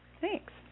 Thanks